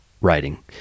writing